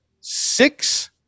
six